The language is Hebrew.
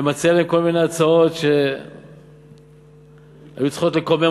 ומציע להם כל מיני הצעות שהיו צריכות לקומם